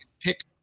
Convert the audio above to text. pick